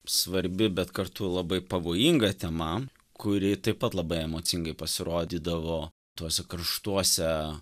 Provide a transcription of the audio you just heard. svarbi bet kartu labai pavojinga tema kuri taip pat labai emocingai pasirodydavo tuose karštuose